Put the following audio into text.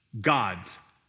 God's